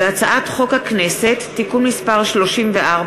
הצעת חוק הכנסת (תיקון מס' 34),